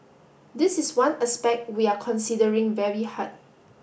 this is one aspect we are considering very hard